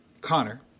Connor